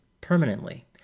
permanently